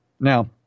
Now